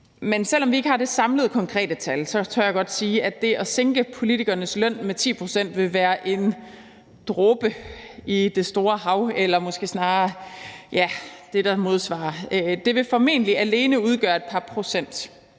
Men selv om vi ikke har det samlede konkrete tal, tør jeg godt sige, at det at sænke politikernes løn med 10 pct. vil være en dråbe i det store hav eller måske snarere, ja, det, der modsvarer det. Det vil formentlig alene udgøre et par procent